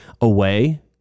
away